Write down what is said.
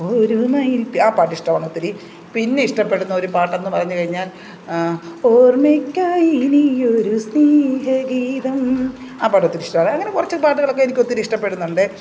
ഒരു മയിൽപ്പീലി ആ പാട്ട് ഇഷ്ടമാണ് ഒത്തിരി പിന്നെ ഇഷ്ടപ്പെടുന്ന ഒരു പാട്ടെന്ന് പറഞ്ഞു കഴിഞ്ഞാൽ ഓർമ്മയ്ക്കായി ഇനിയൊരു സ്നേഹഗീതം ആ പാട്ടൊത്തിരി ഇഷ്ടമാണ് അങ്ങനെ കുറച്ച് പാട്ടുകളൊക്കെ എനിക്ക് ഒത്തിരി ഇഷ്ടപ്പെടുന്നുണ്ട്